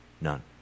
None